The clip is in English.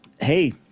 Hey